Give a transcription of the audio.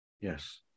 Yes